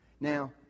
Now